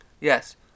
Yes